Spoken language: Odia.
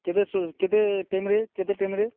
କେବେ କେତେ ଟାଇମରେ କେତେ ଟାଇମରେ